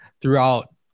throughout